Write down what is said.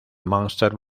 munster